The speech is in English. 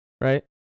right